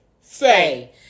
Say